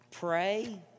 Pray